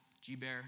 G-Bear